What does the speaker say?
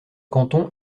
canton